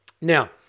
Now